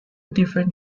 different